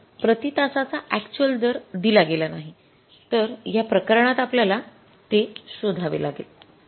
तर प्रति तासाचा अक्चुअल दर दिला गेला नाही तर या प्रकरणात आपल्याला ते शोधावे लागेल